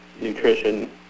nutrition